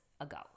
ago